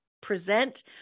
present